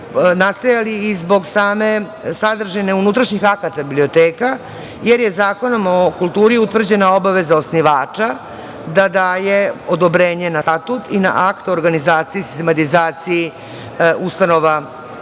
nastajali i zbog same sadržine unutrašnjih akata biblioteka, jer je Zakonom o kulturi utvrđena obaveza osnivača da daje odobrenje na statut i na akt o organizaciji i sistematizaciji ustanova ili